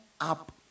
up